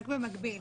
רק במקביל,